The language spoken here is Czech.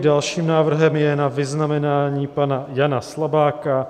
Dalším návrhem je na vyznamenání pana Jana Slabáka